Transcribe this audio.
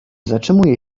zatrzymuje